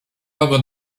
mego